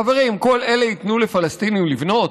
חברים, כל אלה ייתנו לפלסטינים לבנות?